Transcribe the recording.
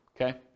Okay